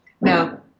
Now